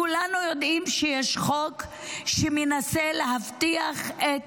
כולנו יודעים שיש חוק שמנסה להבטיח את